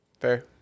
Fair